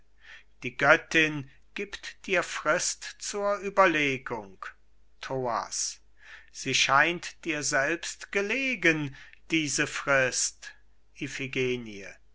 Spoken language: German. die göttin gibt dir frist zur überlegung thoas sie scheint dir selbst gelegen diese frist